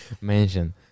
mention